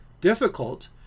difficult